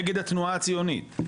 נגד התנועה הציונית,